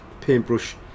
paintbrush